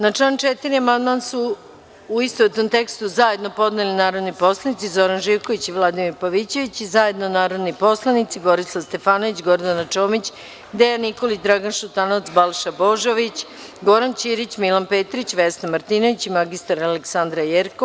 Na član 4. amandman su u istovetnom tekstu zajedno podneli narodni poslanici Zoran Živković i Vladimir Pavićević i zajedno narodni poslanici Borislav Stefanović, Gordana Čomić, Dejan Nikolić, Dragan Šutanovac, Balša Božović, Goran Ćirić, Milan Petrić, Vesna Martinović i mr Aleksandra Jerkov.